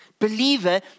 Believer